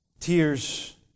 Tears